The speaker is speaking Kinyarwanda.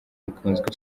ikunzwe